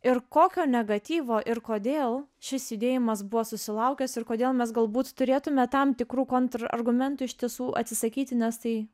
ir kokio negatyvo ir kodėl šis judėjimas buvo susilaukęs ir kodėl mes galbūt turėtume tam tikrų kontrargumentų iš tiesų atsisakyti nes tai